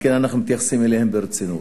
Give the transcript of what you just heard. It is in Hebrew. על כן, אנחנו מתייחסים אליהם ברצינות.